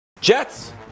Jets